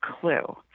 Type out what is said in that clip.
clue